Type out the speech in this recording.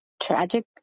tragic